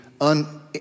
un